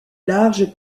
large